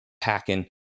packing